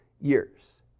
years